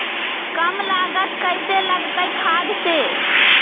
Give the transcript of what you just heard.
कम लागत कैसे लगतय खाद से?